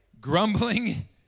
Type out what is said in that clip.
Grumbling